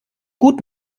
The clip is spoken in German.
gut